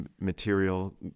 material